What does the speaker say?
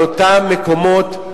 על אותם מקומות,